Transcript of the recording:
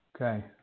Okay